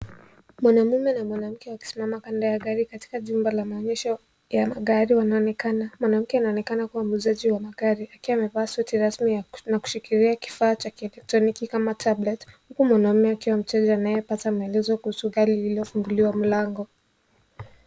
Mwanamume na mwanamke wakisimama kando ya gari, katika jumba la maonyesho ya magari wanaonekana. Mwanamke anaonekana kuwa muuzaji wa magari, akiwa amevaa suti rasmi na kushikilia kifaa cha kielelektroniki kama tablet , huku mwanamume akiwa mteja anayepata maelezo kuhusu gari lililofunguliwa mlango.